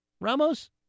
Ramos